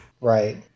Right